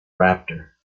raptor